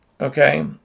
okay